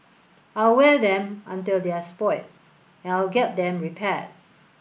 I'll wear them until they're spoilt and I'll get them repaired